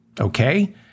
okay